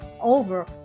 over